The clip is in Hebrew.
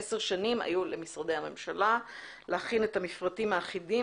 עשר שנים היו למשרדי הממשלה להכין את המפרטים האחידים